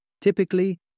Typically